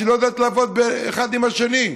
שהיא לא יודעת לעבוד אחד עם השני.